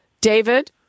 David